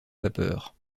vapeur